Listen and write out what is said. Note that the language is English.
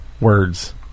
words